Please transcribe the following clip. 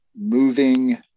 moving